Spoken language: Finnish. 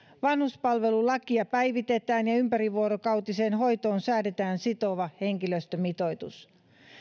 vanhuspalvelulakia päivitetään ja ympärivuorokautiseen hoitoon säädetään sitova henkilöstömitoitus